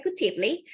executively